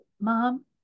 mom